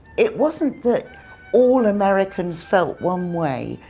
it wasn't that all americans felt one way.